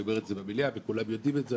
אני אומר את זה במליאה וכולם יודעים את זה,